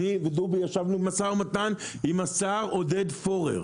אני ודובי ישבנו במשא-ומתן עם השר עודד פורר,